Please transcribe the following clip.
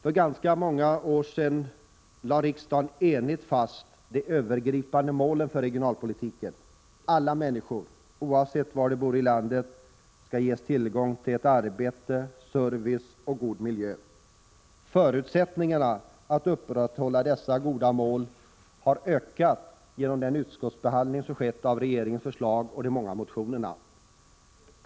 För ganska många år sedan lade riksdagen enigt fast de övergripande målen för regionalpolitiken. Alla människor, oavsett var de bor i landet, skall ges tillgång till ett arbete, service och en god miljö. Förutsättningarna att upprätthålla dessa goda mål har ökat genom den utskottsbehandling som skett av regeringens förslag och av de = Prot. 1986/87:128 många motionerna.